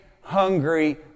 hungry